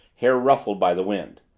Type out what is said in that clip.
hair ruffled by the wind.